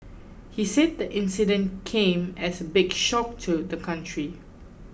he said the incident came as a big shock to the country